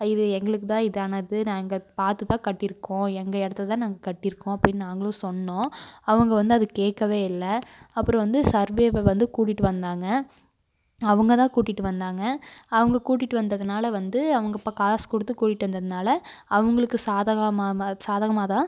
இது எங்களுக்கு தான் இதானது நாங்கள் பார்த்து தான் கட்டியிருக்கோம் எங்கள் இடத்துல தான் நாங்கள் கட்டியிருக்கோம் அப்படின்னு நாங்களும் சொன்னோம் அவங்க வந்து அது கேட்கவே இல்லை அப்புறம் வந்து சர்வேவை வந்து கூட்டிகிட்டு வந்தாங்க அவங்க தான் கூட்டிகிட்டு வந்தாங்க அவங்க கூட்டிகிட்டு வந்ததுனால் வந்து அவங்க அப்போ காசு கொடுத்து கூட்டிகிட்டு வந்ததுனால் அவங்களுக்கு சாதகமாம சாதகமாக தான்